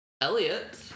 Elliot